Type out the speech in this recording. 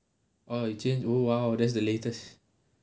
orh you change oo !wow! that's the latest